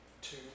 two